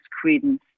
credence